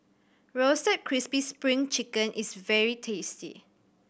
Roasted Crispy Spring Chicken is very tasty